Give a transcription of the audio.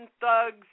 thugs